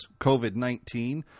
COVID-19